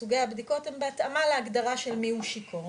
וסוגי הבדיקות הן בהתאמה להגדרה של מי הוא שיכור.